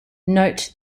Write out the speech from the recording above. note